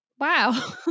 Wow